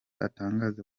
atangaza